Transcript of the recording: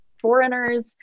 foreigners